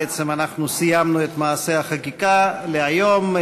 בעצם סיימנו את מעשה החקיקה להיום,